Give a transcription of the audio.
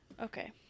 okay